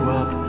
up